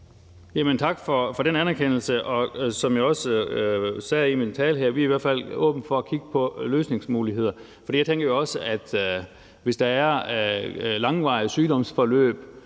sagde i min tale her, er vi i hvert fald åbne over for at kigge på løsningsmuligheder. Jeg tænker jo også, at hvis der er langvarige sygdomsforløb,